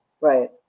Right